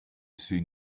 soon